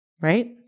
Right